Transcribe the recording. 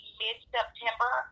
mid-september